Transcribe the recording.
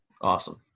Awesome